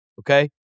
okay